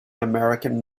american